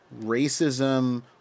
racism